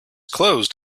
closed